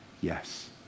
Yes